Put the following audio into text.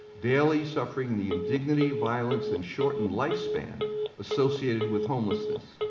daily suffering the indignity violence and shortened lifespan associated with homelessness.